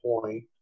point